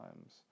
times